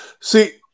See